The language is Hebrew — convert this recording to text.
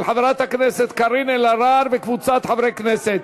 של חברת הכנסת קארין אלהרר וקבוצת חברי הכנסת.